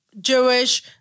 Jewish